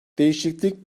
değişiklik